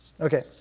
Okay